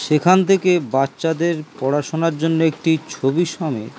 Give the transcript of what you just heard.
সেখান থেকে বাচ্চাদের পড়াশোনার জন্য একটি ছবি সমেত